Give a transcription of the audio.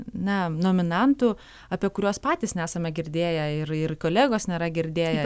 na nominantų apie kuriuos patys nesame girdėję ir ir kolegos nėra girdėję